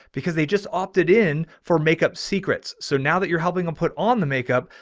because they just opted in for makeup secrets. so now that you're helping them put on the makeup,